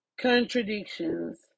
contradictions